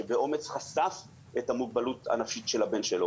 אנחנו חוקרים את זה.